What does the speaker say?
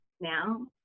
now